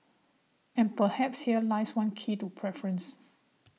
and perhaps here lies one key to preference